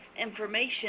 information